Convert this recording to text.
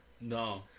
No